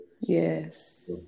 yes